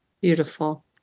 Beautiful